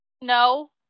No